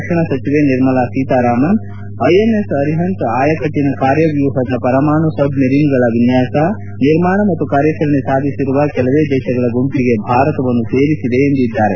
ರಕ್ಷಣಾ ಸಚಿವೆ ನಿರ್ಮಲಾ ಸೀತಾರಾಮನ್ ಮಾತನಾಡಿ ಐಎನ್ಎಸ್ ಅರಿಹಂತ್ ಆಯಕಟ್ಟಿನ ಕಾರ್ಯವ್ಯೂಹದ ಪರಮಾಣು ಸಬ್ಮೆರಿನ್ಗಳ ವಿನ್ಯಾಸ ನಿರ್ಮಾಣ ಮತ್ತು ಕಾರ್ಯಾಚರಣೆ ಸಾಧಿಸಿರುವ ಕೆಲವೇ ದೇಶಗಳ ಗುಂಪಿಗೆ ಭಾರತವನ್ನು ಸೇರಿಸಿದೆ ಎಂದಿದ್ದಾರೆ